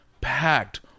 packed